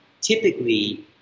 typically